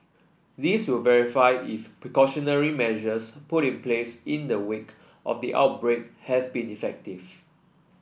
this will verify if precautionary measures put in place in the wake of the outbreak has been effective